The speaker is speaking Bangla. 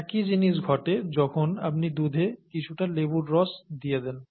একই জিনিস ঘটে যখন আপনি দুধে কিছুটা লেবুর রস দিয়ে দেন